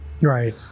Right